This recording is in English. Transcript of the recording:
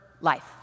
life